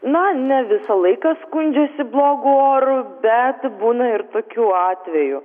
na ne visą laiką skundžiasi blogu oru bet būna ir tokių atvejų